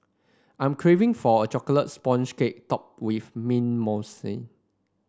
I am craving for a chocolate sponge cake topped with mint mousse